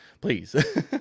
please